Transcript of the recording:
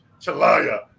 Chalaya